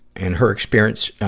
and her experience, ah,